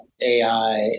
AI